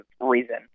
reason